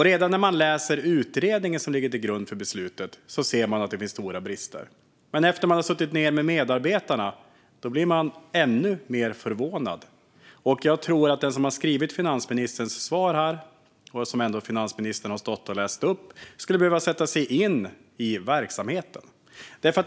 Redan när man läser den utredning som ligger till grund för beslutet ser man att det finns stora brister. Men efter att ha suttit ned med medarbetarna blir man ännu mer förvånad. Jag tror att den som har skrivit finansministerns svar, som finansministern har stått och läst upp, skulle behöva sätta sig in i verksamheten.